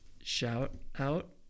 shout-out